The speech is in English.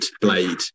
blade